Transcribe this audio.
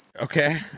Okay